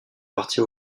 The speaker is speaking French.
partie